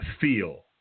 feel